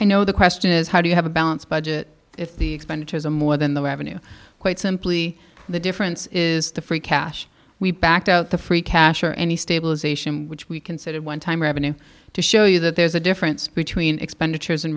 you know the question is how do you have a balanced budget if the expenditures are more than the revenue quite simply the difference is the free cash we backed out the free cash or any stabilization which we considered one time revenue to show you that there's a difference between expenditures